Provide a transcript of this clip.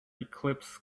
eclipse